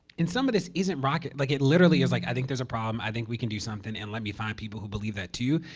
and some of this isn't rocket like it literally is like, i think there's a problem. i think we can do something. and let me find people who believe that, too.